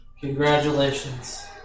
Congratulations